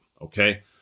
okay